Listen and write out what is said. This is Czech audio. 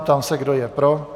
Ptám se, kdo je pro?